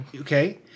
Okay